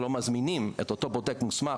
ולא מזמינים את אותו בודק מוסמך,